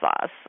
sauce